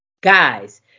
guys